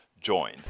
join